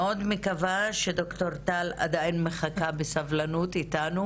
מקווה שד"ר טל עדיין איתנו.